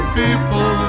people